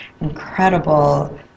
incredible